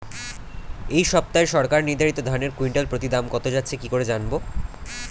এই সপ্তাহে সরকার নির্ধারিত ধানের কুইন্টাল প্রতি দাম কত যাচ্ছে কি করে জানবো?